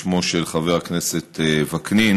בשמו של חבר הכנסת וקנין,